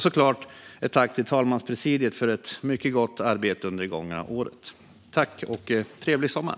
Såklart vill jag även tacka talmanspresidiet för ett mycket gott arbete under det gångna året. Trevlig sommar!